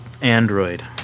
android